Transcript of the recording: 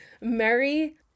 Mary